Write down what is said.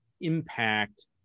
impact